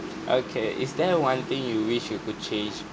okay is there one thing you wish you could change